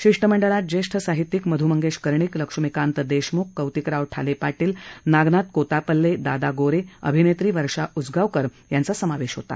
शिष्टमंडळात ज्येष्ठ साहित्यिक मधू मंगेश कर्णिक लक्ष्मीकांत देशमुख कौतिकराव ठाले पाटील नागनाथ कोतापल्ले दादा गोरे अभिनेत्री वर्षा उसगांवकर आदींचा समावेश होता